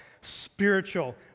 spiritual